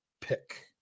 pick